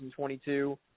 2022